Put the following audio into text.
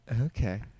Okay